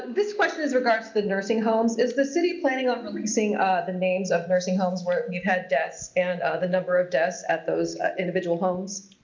this question is in regards to the nursing homes is the city planning on releasing ah the names of nursing homes where you've had deaths and the number of deaths at those individual homes?